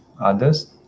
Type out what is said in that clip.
others